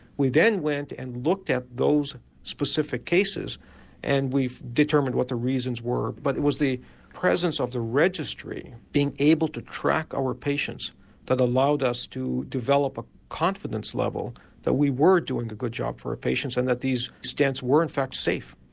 we then went and looked at those specific cases and we determined what the reasons were but it was the presence of the registry being able to track our patients that allowed us to develop a confidence level that we were doing a good job for our patients and that these stents were in fact safe.